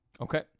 Okay